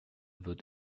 wird